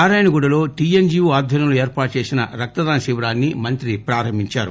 నారాయణగూడలో TNGO ఆధ్వర్యంలో ఏర్పాటు చేసిన రక్తదాన శిబిరాన్ని మంత్రి ప్రారంభించారు